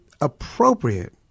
appropriate